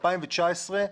ב-2019,